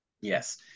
yes